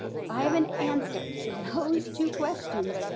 if i have an answer to those two questions,